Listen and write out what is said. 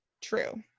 true